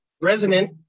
resident